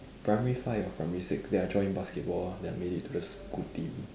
primary five or primary six then I join basketball then I made it to the school team